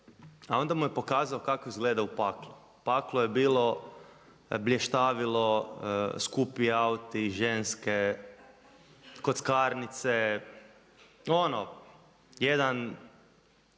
A onda mu je pokazao kako izgleda u paklu. U paklu je bilo blještavilo, skupi auti, ženske, kockarnice, ono jedan